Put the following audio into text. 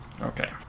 Okay